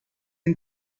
این